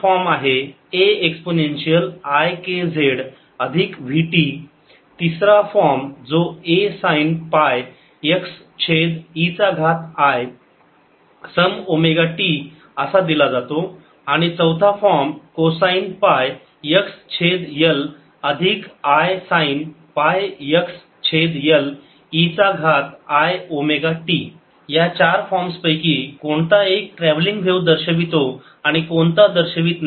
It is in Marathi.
Aexpkx vt2 इतर फॉर्म आहे A exponential i k z अधिक vt A expikzvt तिसरा फॉर्म जो A साईन पाय x छेद e चा घात i सम ओमेगा t असा दिला जातो Asin πxL eiωt आणि चौथा फॉर्म कोसाईन पाय x छेद L अधिक i साईन पाय x छेद L e चा घात I omega t A cos πxL isin πxL eiωt या 4 फॉर्मस पैकी कोणता एक ट्रॅव्हलिंग व्हेव दर्शवितो आणि कोणता दर्शवित नाही